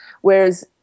whereas